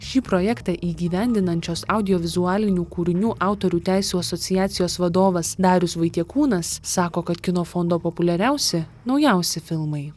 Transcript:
šį projektą įgyvendinančios audiovizualinių kūrinių autorių teisių asociacijos vadovas darius vaitiekūnas sako kad kino fondo populiariausi naujausi filmai